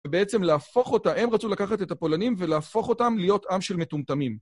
ובעצם להפוך אותם, הם רצו לקחת את הפולנים ולהפוך אותם להיות עם של מטומטמים.